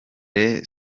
est